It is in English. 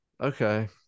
Okay